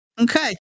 Okay